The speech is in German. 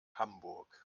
hamburg